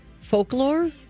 folklore